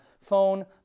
phone